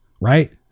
right